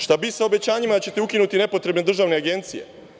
Šta bi sa obećanjima da ćete ukinuti nepotrebne državne agencije?